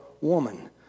woman